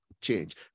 change